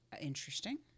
Interesting